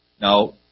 Now